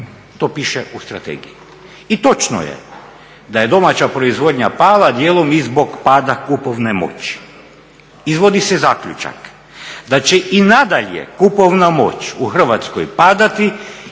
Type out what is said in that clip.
to piše u strategiji. I točno je da je domaća proizvodnja pala dijelom i zbog pada kupovne moći. Izvodi se zaključak da će i nadalje kupovna moć u Hrvatskoj padati